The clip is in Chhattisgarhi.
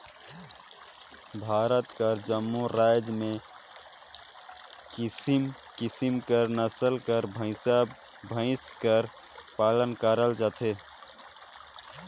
भारत कर जम्मो राएज में किसिम किसिम कर नसल कर भंइसा भंइस कर पालन करल जाथे